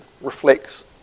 reflects